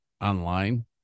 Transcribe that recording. online